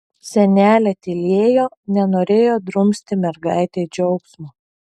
senelė tylėjo nenorėjo drumsti mergaitei džiaugsmo